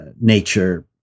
nature